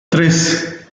tres